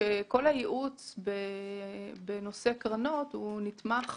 כל הייעוץ בנושא קרנות נתמך